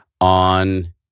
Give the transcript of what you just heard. on